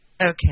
Okay